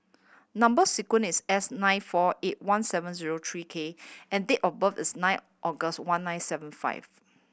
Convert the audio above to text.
number sequence is S nine four eight one seven zero three K and date of birth is nine August one nine seven five